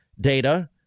data